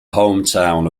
hometown